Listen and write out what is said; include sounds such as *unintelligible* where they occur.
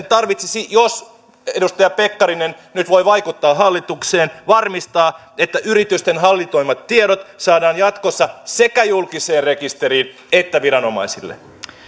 *unintelligible* tarvitsisi jos edustaja pekkarinen nyt voi vaikuttaa hallitukseen varmistaa että yritysten hallinnoimat tiedot saadaan jatkossa sekä julkiseen rekisteriin että viranomaisille